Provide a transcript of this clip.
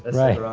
right!